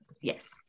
Yes